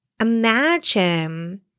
imagine